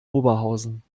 oberhausen